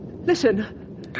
listen